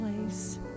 place